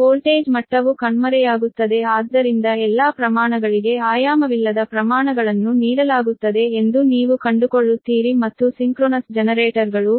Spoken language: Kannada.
ವೋಲ್ಟೇಜ್ ಮಟ್ಟವು ಕಣ್ಮರೆಯಾಗುತ್ತದೆ ಆದ್ದರಿಂದ ಎಲ್ಲಾ ಪ್ರಮಾಣಗಳಿಗೆ ಆಯಾಮವಿಲ್ಲದ ಪ್ರಮಾಣಗಳನ್ನು ನೀಡಲಾಗುತ್ತದೆ ಎಂದು ನೀವು ಕಂಡುಕೊಳ್ಳುತ್ತೀರಿ ಮತ್ತು ಸಿಂಕ್ರೊನಸ್ ಜನರೇಟರ್ಗಳು